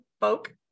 folk